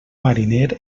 mariner